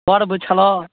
पर्ब छलए